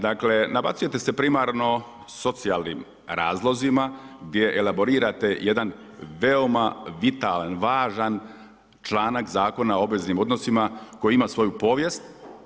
Dakle nabacujete se primarno socijalnim razlozima gdje elaborirate jedan veoma vitalan, važan članak Zakona o obveznim odnosima koji ima svoju povijest.